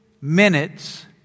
minutes